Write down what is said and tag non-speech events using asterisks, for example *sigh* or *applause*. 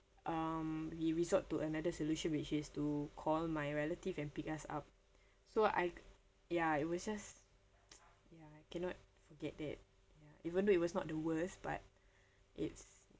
um we resort to another solution which is to call my relative and pick us up so I ya it was just *noise* ya cannot forget that ya even though it was not the worst but it's